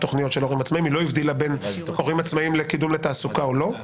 היא לא הבדילה בין הורים עצמאים לקידום לתעסוקה או לא.